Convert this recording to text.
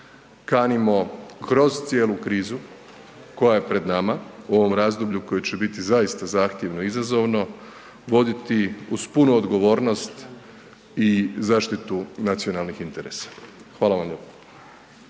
kanimo kroz cijelu krizu koja je pred nama u ovom razdoblju koje će biti zaista zahtjevno i izazovno voditi uz punu odgovornost i zaštitu nacionalnih interesa. Hvala vam lijepa.